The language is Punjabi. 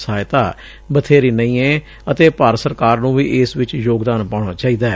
ਸਹਾਇਤਾ ਬਬੇਰੀ ਨਹੀਂ ਏ ਅਤੇ ਭਾਰਤ ਸਰਕਾਰ ਨੂੰ ਵੀ ਇਸ ਚ ਯੋਗਦਾਨ ਪਾਉਣਾ ਚਾਹੀਦੈ